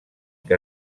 que